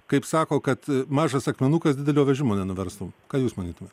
kaip sako kad mažas akmenukas didelio vežimo nenuverstų ką jūs manytumėt